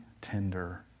tender